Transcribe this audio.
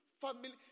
family